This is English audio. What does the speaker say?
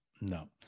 no